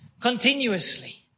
Continuously